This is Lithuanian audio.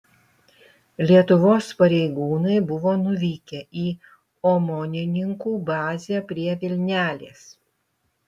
lietuvos pareigūnai buvo nuvykę į omonininkų bazę prie vilnelės